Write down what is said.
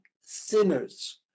sinners